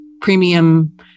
premium